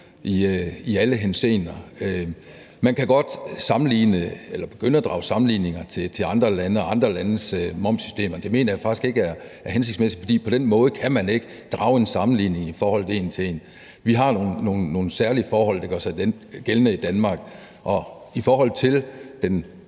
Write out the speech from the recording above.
i alle henseender. Man kan godt sammenligne med eller begynde at drage sammenligninger til andre lande og til andre landes momssystemer. Det mener jeg faktisk ikke er hensigtsmæssigt, for man kan ikke på den måde drage en sammenligning i forholdet en til en. Vi har nogle særlige forhold, der gør sig gældende i Danmark, og i forhold til den